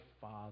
father